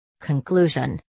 Conclusion